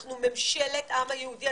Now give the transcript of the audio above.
אנחנו ממשלת העם היהודי,